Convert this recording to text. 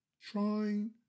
trying